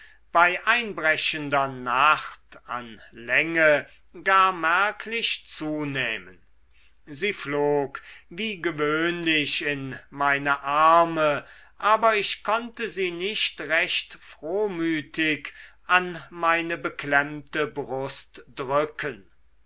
bei einbrechender nacht an länge gar merklich zunähmen sie flog wie gewöhnlich in meine arme aber ich konnte sie nicht recht frohmütig an meine beklemmte brust drücken